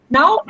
Now